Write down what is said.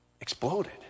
exploded